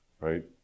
Right